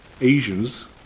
Asians